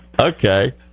Okay